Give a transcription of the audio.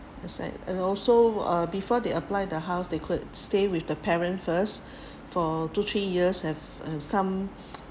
that's right and also uh before they apply the house they could stay with the parents first for two three years have have some